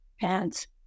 pants